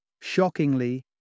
Shockingly